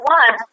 one